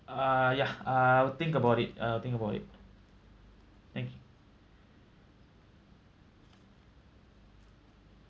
uh ya I'll think about it I'll think about it thank you